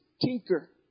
tinker